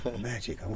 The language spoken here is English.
magic